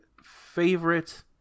favorite